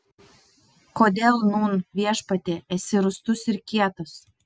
kodėl nūn viešpatie esi rūstus ir kietas